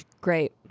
Great